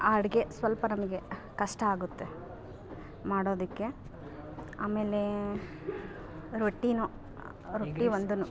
ಆ ಅಡುಗೆ ಸ್ವಲ್ಪ ನಮಗೆ ಕಷ್ಟ ಆಗುತ್ತೆ ಮಾಡೋದಕ್ಕೆ ಆಮೇಲೆ ರೊಟ್ಟಿ ರೊಟ್ಟಿ ಒಂದನ್ನು